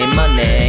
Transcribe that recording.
money